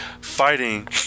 fighting